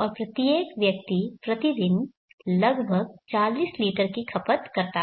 और प्रत्येक व्यक्ति प्रतिदिन लगभग 40 लीटर की खपत करता है